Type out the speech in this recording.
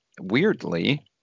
weirdly